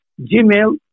gmail